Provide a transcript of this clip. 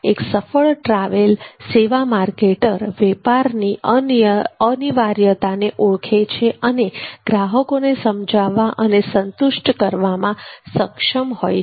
એક સફળ ટ્રાવેલ સેવા માર્કેટર વેપારની અનિવાર્યતાને ઓળખે છે અને ગ્રાહકોને સમજાવવા અને સંતુષ્ટ કરવામાં સક્ષમ છે